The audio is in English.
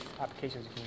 applications